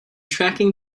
tracking